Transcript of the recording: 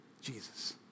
Jesus